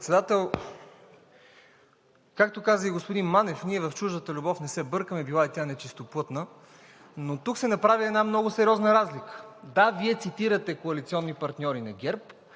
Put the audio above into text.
Председател. Както каза и господин Манев, ние в чуждата любов не се бъркаме, била и тя нечистоплътна, но тук се направи една много сериозна разлика – да, Вие цитирате коалиционни партньори на ГЕРБ,